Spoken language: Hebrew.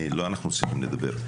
אנחנו לא צריכים לדבר.